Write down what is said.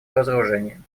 разоружению